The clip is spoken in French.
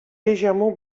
légèrement